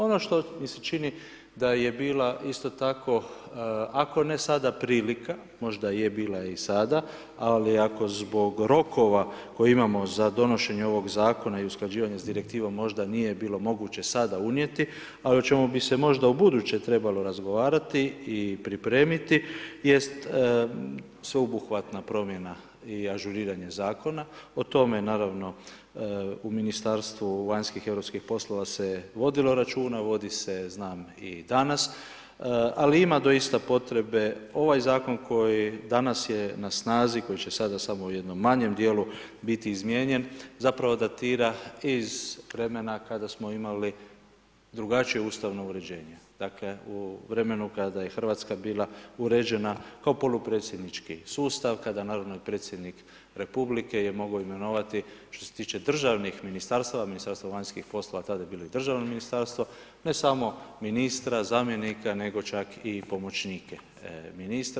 Ono što mi se čini da je bila isto tako ako ne sada prilika, možda je bila i sada ali ako zbog rokova koje imamo z a donošenje ovog zakona i usklađivanje sa direktivom možda nije bilo moguće sada unijeti a i o čemu bi se možda ubuduće trebalo razgovarati i pripremiti jest sveobuhvatna promjena i ažuriranje zakona, o tome naravno u Ministarstvu vanjskih i europskih poslova se vodilo računa, vodi se znam i danas ali ima doista potrebe ovaj zakon koji danas je na snazi, koji će sada samo u jednom manjem dijelu biti izmijenjen zapravo datira iz vremena kada smo imali drugačije ustavno uređenje, dakle u vremenu kada je Hrvatska bila uređena kao polupredsjednički sustav kada naravno i predsjednik Republike je mogao imenovati što se tiče državnih ministarstava, Ministarstvo vanjskih poslova, tada je bilo državno ministarstvo, ne samo ministra, zamjenika, nego čak i pomoćnike ministre.